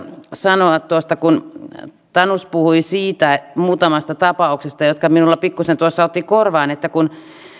sanoa kun tanus puhui muutamasta tapauksesta jotka minulla pikkuisen tuossa ottivat korvaan kun